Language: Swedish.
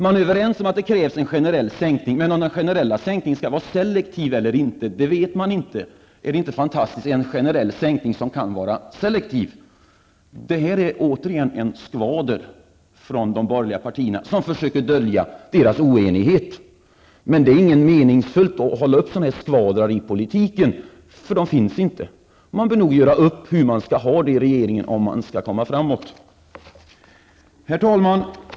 Man är överens om att det krävs en generell sänkning, men om den generella sänkningen skall vara selektiv eller inte vet man inte. Är det inte fantastiskt, en generell sänkning som kan vara selektiv. Detta är en skvader med vilken man syftar att dölja de borgligas oenighet. Det är inte meningsfullt att upprätthålla skvadrar i politiken eftersom de inte finns. Man bör göra upp i regeringen om hur man skall ha det om man vill komma frammåt. Herr talman!